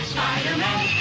Spider-Man